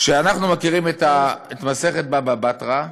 אנחנו מכירים את מסכת בבא בתרא,